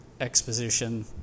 exposition